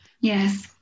Yes